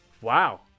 Wow